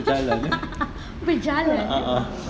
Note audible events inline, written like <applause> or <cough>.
<laughs> berjalan